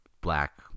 black